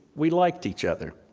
we liked each other.